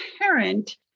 parent